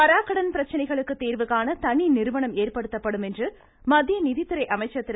வாராக்கடன் பிரச்சினைகளுக்கு தீர்வுகாண தனி நிறுவனம் ஏற்படுத்தப்படும் என்று மத்திய நிதித்துறை அமைச்சர் திரு